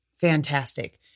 fantastic